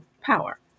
power